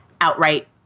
outright